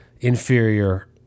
inferior